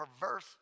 perverse